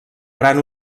gran